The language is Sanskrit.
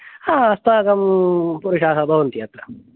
हा अस्माकं पुरुषाः भवन्ति अत्र